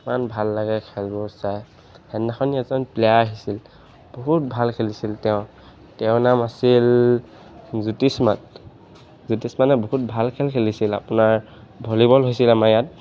ইমান ভাল লাগে খেলবোৰ চাই সেদিনাখন এজন প্লেয়াৰ আহিছিল বহুত ভাল খেলিছিল তেওঁৰ নাম আছিল জ্যোতিষমান জ্যোতিষমানে বহুত ভাল খেল খেলিছিল আপোনাৰ ভলীবল হৈছিল আমাৰ ইয়াত